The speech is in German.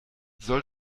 soll